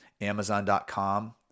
Amazon.com